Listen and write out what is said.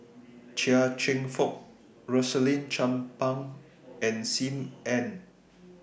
Chia Cheong Fook Rosaline Chan Pang and SIM Ann